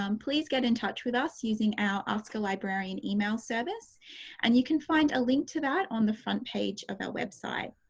um please get in touch with us using our ask a librarian email service and you can find a link to that on the front page of our website.